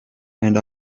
and